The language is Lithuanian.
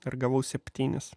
ir gavau septynis